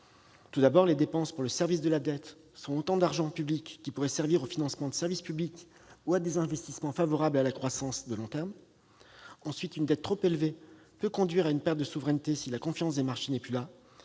Tout d'abord, les dépenses afférant au service de la dette sont autant d'argent public qui pourrait servir au financement des services publics ou à des investissements favorables à la croissance de long terme. Ensuite, une dette trop élevée peut conduire à une perte de souveraineté si la confiance des marchés n'est plus là.